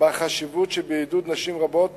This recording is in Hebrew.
בחשיבות שבעידוד נשים רבות